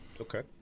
Okay